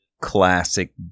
classic